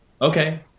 Okay